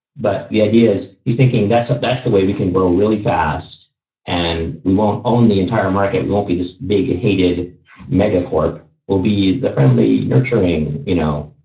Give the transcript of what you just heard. but the idea is you thinking that's that's the way we can grow really fast and we won't own the entire market. we won't be this big a hated megacorp. we'll be the friendly, nurturing, you know,